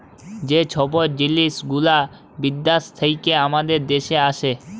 যে ছব জিলিস গুলা বিদ্যাস থ্যাইকে আমাদের দ্যাশে আসে